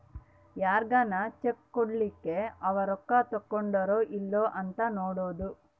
ಯಾರ್ಗನ ಚೆಕ್ ಕೋಟ್ಮೇಲೇ ಅವೆ ರೊಕ್ಕ ತಕ್ಕೊಂಡಾರೊ ಇಲ್ಲೊ ಅಂತ ನೋಡೋದು